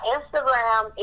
Instagram